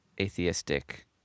atheistic